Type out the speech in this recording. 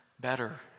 better